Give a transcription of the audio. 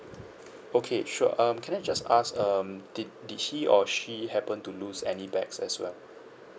okay sure um can I just ask um did did he or she happen to lose any bags as well